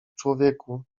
człowieku